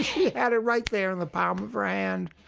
she had it right there in the palm of her hand.